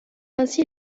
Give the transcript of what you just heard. ainsi